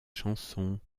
chansons